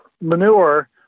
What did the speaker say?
manure